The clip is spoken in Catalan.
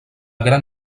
gran